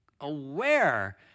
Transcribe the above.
aware